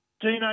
Dino